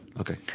Okay